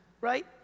right